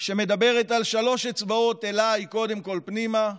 שמדברת על שלוש אצבעות אליי, קודם כול פנימה,